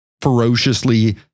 ferociously